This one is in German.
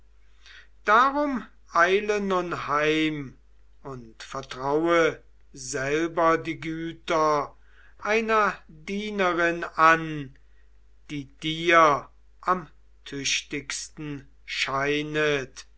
darum eile nun heim und vertraue selber die güter einer dienerin an die dir am tüchtigsten scheinet